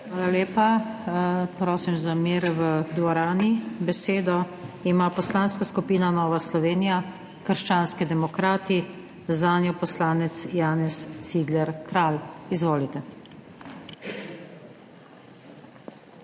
Hvala lepa. Prosim za mir v dvorani. Besedo ima Poslanska skupina Nova Slovenija – krščanski demokrati, zanjo poslanec Janez Cigler Kralj. Izvolite. **JANEZ